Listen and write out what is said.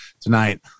tonight